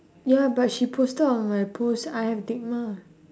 ya but she posted on my post I have LIGMA